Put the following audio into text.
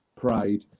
pride